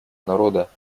народа